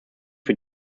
für